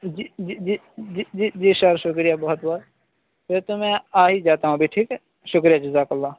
جی جی جی جی جی جی سر شکریہ بہت بہت ویسے میں آ ہی جاتا ہوں ابھی ٹھیک ہے شکریہ جزاک اللہ